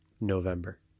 November